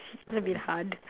that'll be hard